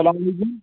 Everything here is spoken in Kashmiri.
سلام علیکُم